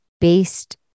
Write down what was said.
based